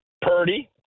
Purdy